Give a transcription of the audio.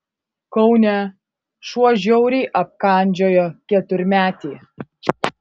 kaune šuo žiauriai apkandžiojo keturmetį